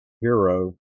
hero